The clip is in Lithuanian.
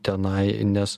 tenai nes